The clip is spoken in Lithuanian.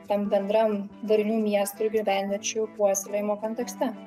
tam bendram darnių miestų ir gyvenviečių puoselėjimo kontekste